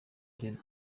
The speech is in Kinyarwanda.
jye